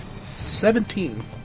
Seventeen